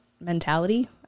mentality